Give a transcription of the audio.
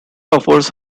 offers